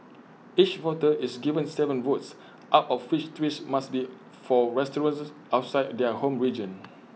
each voter is given Seven votes out of which three must be for restaurants outside their home region